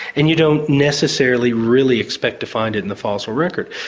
and you don't necessarily really expect to find it in the fossil record.